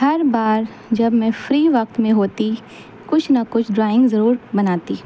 ہر بار جب میں فری وقت میں ہوتی کچھ نہ کچھ ڈرائنگ ضرور بناتی